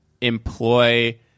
employ